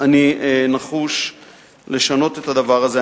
אני נחוש לשנות את הדבר הזה.